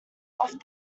off